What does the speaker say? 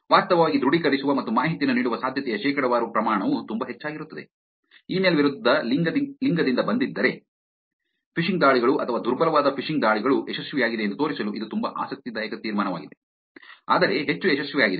ವಾಸ್ತವವಾಗಿ ದೃಢೀಕರಿಸುವ ಮತ್ತು ಮಾಹಿತಿಯನ್ನು ನೀಡುವ ಸಾಧ್ಯತೆಯ ಶೇಕಡಾವಾರು ಪ್ರಮಾಣವು ತುಂಬಾ ಹೆಚ್ಚಾಗಿರುತ್ತದೆ ಇಮೇಲ್ ವಿರುದ್ಧ ಲಿಂಗದಿಂದ ಬಂದಿದ್ದರೆ ಫಿಶಿಂಗ್ ದಾಳಿಗಳು ಅಥವಾ ದುರ್ಬಲವಾದ ಫಿಶಿಂಗ್ ದಾಳಿಗಳು ಯಶಸ್ವಿಯಾಗಿದೆ ಎಂದು ತೋರಿಸಲು ಇದು ತುಂಬಾ ಆಸಕ್ತಿದಾಯಕ ತೀರ್ಮಾನವಾಗಿದೆ ಆದರೆ ಹೆಚ್ಚು ಯಶಸ್ವಿಯಾಗಿದೆ